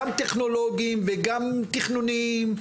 גם טכנולוגיים וגם תכנוניים,